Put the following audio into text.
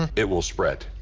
it will spread.